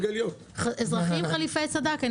אזרחים חליפי סד"כ?